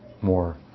more